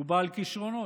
שהוא בעל כישרונות,